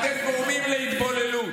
אתם גורמים להתבוללות.